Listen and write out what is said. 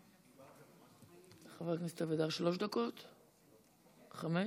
חבר הכנסת אבידר, שלוש דקות, חמש?